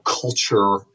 culture